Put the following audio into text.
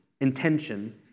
intention